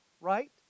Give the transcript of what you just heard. right